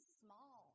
small